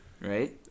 right